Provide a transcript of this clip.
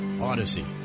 Odyssey